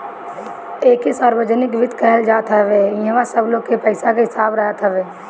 एके सार्वजनिक वित्त कहल जात हवे इहवा सब लोग के पईसा के हिसाब रहत हवे